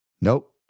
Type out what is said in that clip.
Nope